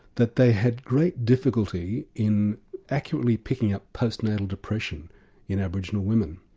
that they had great difficulty in accurately picking up post-natal depression in aboriginal women.